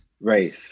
race